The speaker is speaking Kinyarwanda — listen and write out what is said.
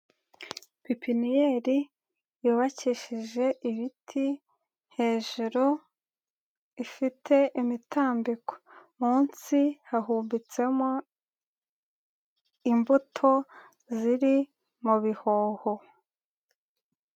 Pepininiyeri yubakishije ibiti hejuru ifite imitambiko, munsi hahumbitsemo imbuto ziri mu bihoho.